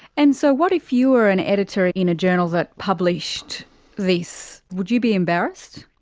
and so what if you were an editor in a journal that published this? would you be embarrassed?